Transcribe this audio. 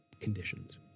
conditions